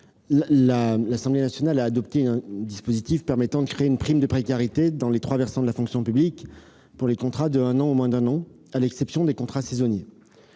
L'Assemblée nationale a adopté un dispositif permettant de créer une prime de précarité dans les trois versants de la fonction publique pour les contrats d'un an ou moins, à l'exception des contrats saisonniers.